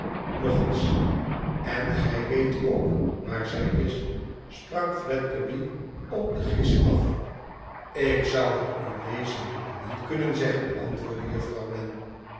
nog eens en gij weet ook waar zij is sprak fledgeby op de gis af ik zou het u wezenlijk niet kunnen zeggen antwoordde juffrouw